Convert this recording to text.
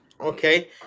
Okay